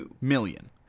million